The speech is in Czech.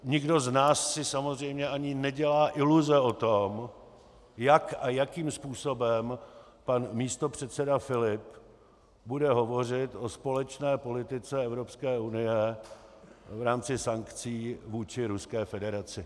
Nikdo z nás si samozřejmě ani nedělá iluze o tom, jak a jakým způsobem pan místopředseda Filip bude hovořit o společné politice Evropské unie v rámci sankcí vůči Ruské federaci.